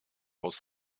aus